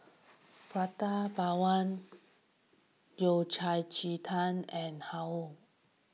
Prata Bawang Yao Cai Ji Tang and Har Kow